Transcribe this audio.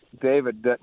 David